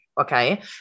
okay